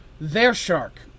their-shark